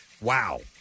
wow